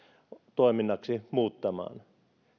toiminnaksi muuttamaan